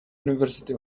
university